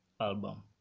album